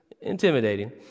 intimidating